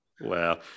Wow